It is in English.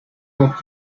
talk